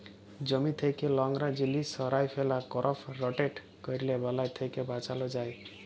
জমি থ্যাকে লংরা জিলিস সঁরায় ফেলা, করপ রটেট ক্যরলে বালাই থ্যাকে বাঁচালো যায়